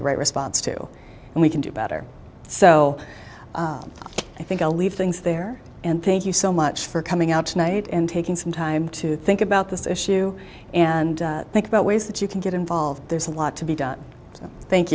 the right response to and we can do better so i think i'll leave things there and thank you so much for coming out tonight and taking some time to think about this issue and think about ways that you can get involved there's a lot to be done so thank